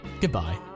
Goodbye